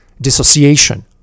dissociation